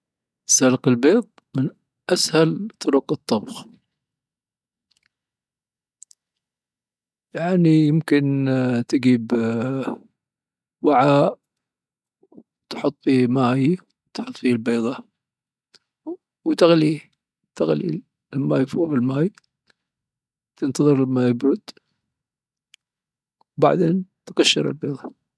سلق البيض من أسهل طرق الطبخ. يعني يمكن تجيب وعاء وتحط فيه ماي، وتحط في البيضة، وتغليه تغليه لما يفور الماي تنتظر لما يبرد وبعدين تقشر البيض.